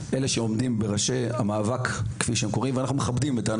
ראשי המאבק בצד השני לא רוצים לעשות את זה.